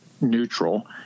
neutral